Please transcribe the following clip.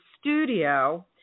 studio